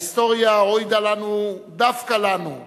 ההיסטוריה הועידה לנו, דווקא לנו,